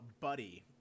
buddy